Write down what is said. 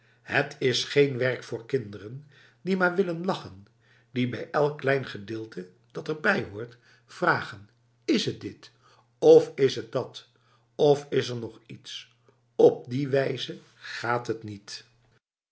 het is geen werk voor kinderen die maar willen lachen die bij elk klein gedeelte dat erbij hoort vragen is het dit of is het dat of is er nog iets op die wijze gaat het niet